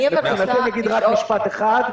אני מבקש להגיד רק עוד משפט אחד.